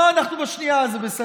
לא, אנחנו בשנייה, זה בסדר.